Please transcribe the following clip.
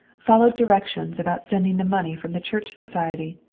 followed directions about sending the money from the church society,